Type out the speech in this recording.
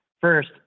First